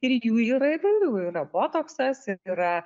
ir jų yra įvairių yra botoksas yra